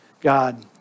God